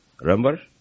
Remember